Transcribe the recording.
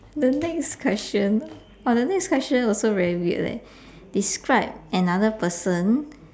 the next question but the next question also very weird leh describe another person